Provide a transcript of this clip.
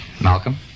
malcolm